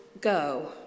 go